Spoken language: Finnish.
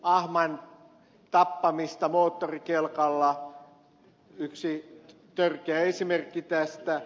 ahman tappaminen moottorikelkalla on yksi törkeä esimerkki tästä